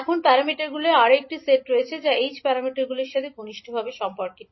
এখন প্যারামিটারগুলির আরও একটি সেট রয়েছে যা h প্যারামিটারগুলির সাথে ঘনিষ্ঠভাবে সম্পর্কিত